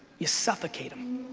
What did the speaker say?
you suffocate them,